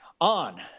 on